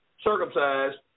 circumcised